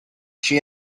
she